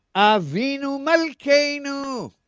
avinu malkeinu,